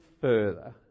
further